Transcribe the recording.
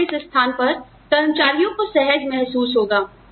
कहां किस स्थान पर कर्मचारियों को सहज महसूस होगा